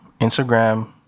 Instagram